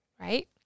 right